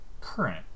current